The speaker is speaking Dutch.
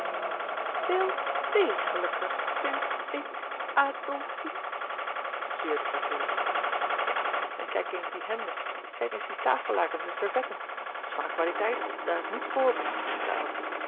veel dégelijker vind i k adlfine zeurde cateau ja en kijk eens die hemden kijk eens die tafellakens en servetten dat is van een kwaliteit daar is niets boven zei